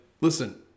listen